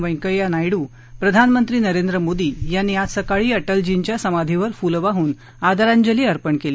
व्यंकेया नायडू प्रधानमंत्री नरेंद्र मोदी यांनी आज सकाळी अटलजींच्या समाधीवर फुलं वाह्न आदरांजली अर्पण केली